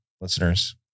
listeners